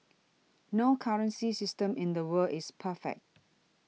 no currency system in the world is perfect